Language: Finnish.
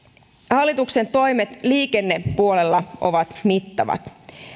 hallituksen toimet liikennepuolella ovat mittavat